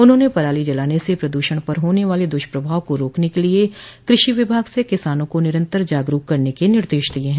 उन्होंने पराली जलाने से प्रदूषण पर होने वाले दुष्प्रभाव को रोकने के लिये कृषि विभाग से किसानों को निरन्तर जागरूक करने के निर्देश दिये हैं